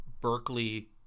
berkeley